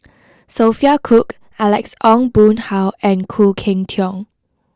Sophia Cooke Alex Ong Boon Hau and Khoo Cheng Tiong